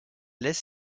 laisse